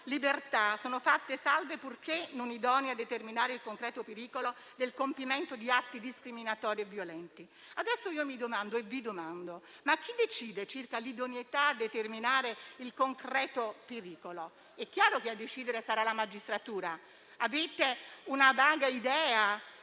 libertà sono fatte salve purché non idonee a determinare il concreto pericolo del compimento di atti discriminatori o violenti. Mi domando e vi domando: chi decide circa l'idoneità a determinare il concreto pericolo? È chiaro che a decidere sarà la magistratura. Avete una vaga idea